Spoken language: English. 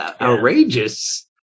outrageous